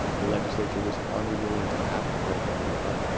the legislature was unwilling to act for a long time.